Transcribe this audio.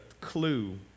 clue